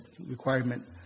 requirement